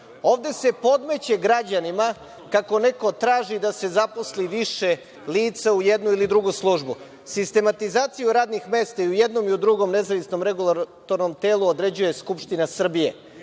se podmeće građanima kako neko traži da se zaposli više lica u jednu ili drugu službu. Sistematizaciju radnih mesta i u jednom i u drugom nezavisnom regulatornom telu određuje Skupština Srbije